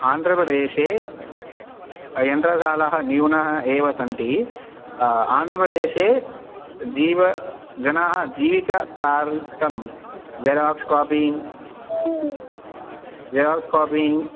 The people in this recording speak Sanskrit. आन्ध्रप्रदेशे यन्त्रशालाः न्यूनाः एव सन्ति आन्ध्रप्रदेशे जीव जनाः जीविककार्थं जेराक्स् कापि जेराक्स् कापि